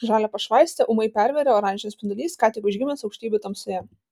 žalią pašvaistę ūmai pervėrė oranžinis spindulys ką tik užgimęs aukštybių tamsoje